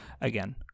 again